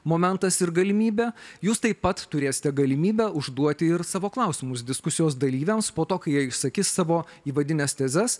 momentas ir galimybė jūs taip pat turėsite galimybę užduoti ir savo klausimus diskusijos dalyviams po to kai jie išsakys savo įvadines tezes